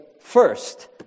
First